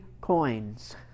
coins